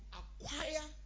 acquire